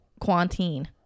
Quantine